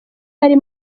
ari